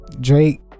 drake